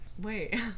wait